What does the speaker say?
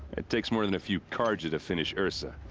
it takes more than a few carja to finish ersa.